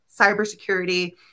cybersecurity